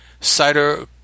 Cider